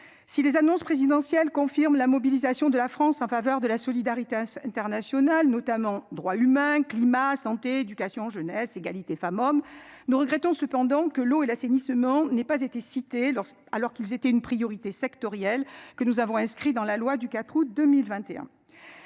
si les annonces présidentielles confirme la mobilisation de la France en faveur de la solidarité internationale notamment droits humains climat santé éducation jeunesse égalité femme-homme nous regrettons cependant que l'eau et l'assainissement n'ait pas été cité lorsque alors qu'ils étaient une priorité sectorielles que nous avons inscrit dans la loi du 4 août 2021.